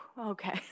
okay